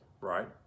right